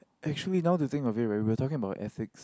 actually now to think of it right we were talking about ethics